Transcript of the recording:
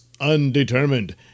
undetermined